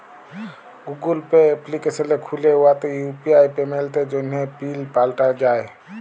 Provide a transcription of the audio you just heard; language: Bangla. গুগল পে এপ্লিকেশল খ্যুলে উয়াতে ইউ.পি.আই পেমেল্টের জ্যনহে পিল পাল্টাল যায়